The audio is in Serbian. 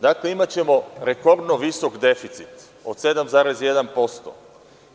Dakle, imaćemo rekordno visok deficit od 7,1%